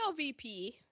LVP